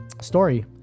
story